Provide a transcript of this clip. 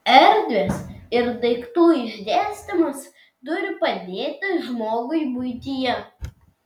erdvės ir daiktų išdėstymas turi padėti žmogui buityje